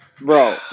Bro